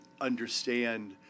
understand